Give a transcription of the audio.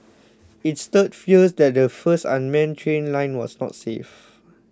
it stirred fears that the first unmanned train line was not safe